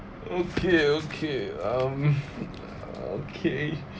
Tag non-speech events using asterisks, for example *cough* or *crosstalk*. okay okay um *noise* okay